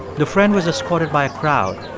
the friend was escorted by a crowd,